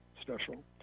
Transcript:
special